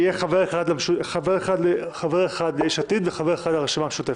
יהיה חבר אחד ליש עתיד וחבר אחד לרשימה המשותפת.